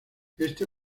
este